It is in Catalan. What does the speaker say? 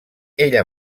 ella